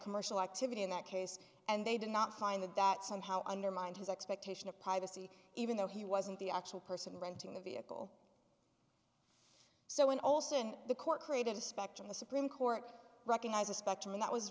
commercial activity in that case and they did not find that that somehow undermined his expectation of privacy even though he wasn't the actual person renting the vehicle so when olson the court created a spectrum the supreme court recognizes spectrum that was